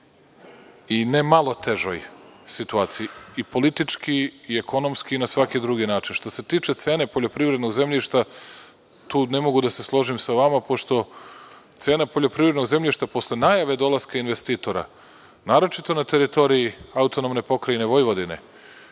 i ne malo težoj situaciji i politički i ekonomski na svaki drugi način. Što se tiče cene poljoprivrednog zemljišta, tu ne mogu da se složim sa vama pošto cena poljoprivrednog zemljišta posle najave dolaska investitora, naročito na teritoriji AP Vojvodine